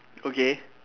okay